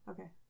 Okay